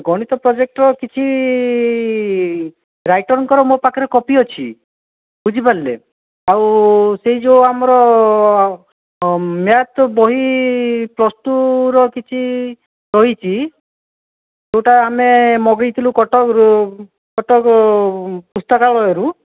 ଗଣିତ ପ୍ରୋଜେକ୍ଟର କିଛି ରାଇଟରଙ୍କର ମୋ' ପାଖରେ କପି ଅଛି ବୁଝିପାରିଲେ ଆଉ ସେହି ଯେଉଁ ଆମର ମ୍ୟାଥ୍ ବହି ପ୍ଲସ୍ ଟୁ ର କିଛି ରହିଛି ଯେଉଁଟା ଆମେ ମଗାଇଥିଲୁ କଟକରୁ କଟକ ପୁସ୍ତକାଳୟରୁ